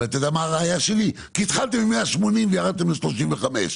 כי התחלתם עם 180 וירדתם ל-35.